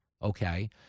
Okay